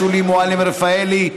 שולי מועלם-רפאלי,